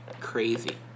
crazy